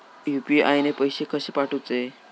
UPI ने पैशे कशे पाठवूचे?